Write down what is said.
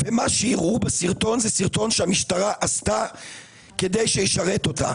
מה שהראו בסרטון זה סרטון שהמשטרה עשתה כדי שישרת אותה.